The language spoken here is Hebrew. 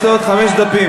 יש לו עוד חמישה דפים,